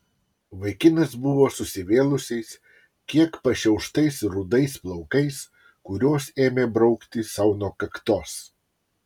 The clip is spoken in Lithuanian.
vaikinas buvo susivėlusiais kiek pašiauštais rudais plaukais kuriuos ėmė braukti sau nuo kaktos